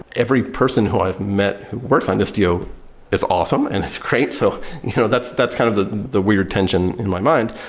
every person who i've met works on istio is awesome and it's great. so you know that's that's kind of the the weird tension in my mind.